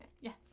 yes